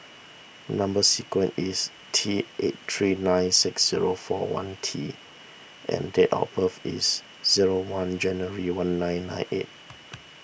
Number Sequence is T eight three nine six zero four one T and date of birth is zero one January one nine nine eight